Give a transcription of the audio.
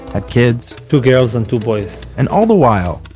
had kids two girls and two boys and all the while,